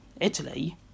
Italy